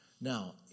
Now